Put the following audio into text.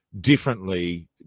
differently